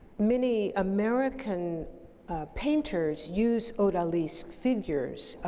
many american painters use odalisque figures,